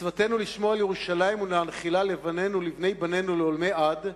מצוותנו לשמור על ירושלים ולהנחילה לבנינו ולבני-בנינו לעולמי עד,